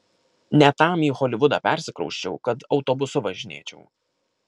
ne tam į holivudą persikrausčiau kad autobusu važinėčiau